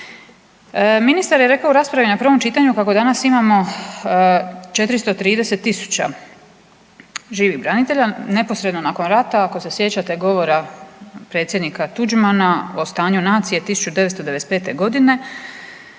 Ministar je rekao u raspravi na prvom čitanju kako danas imamo 430 000 živih branitelja. Neposredno nakon rata ako se sjećate govora predsjednika Tuđmana o stanju nacije 1995. godine